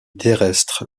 terrestre